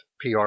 PR